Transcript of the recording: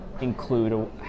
include